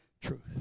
truth